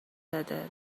داده